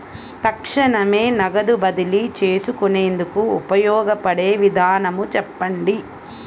తక్షణమే నగదు బదిలీ చేసుకునేందుకు ఉపయోగపడే విధానము చెప్పండి?